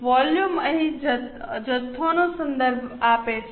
volume અહીં જથ્થોનો સંદર્ભ આપે છે